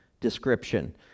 description